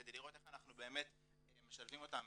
כדי לראות איך אנחנו באמת משלבים אותם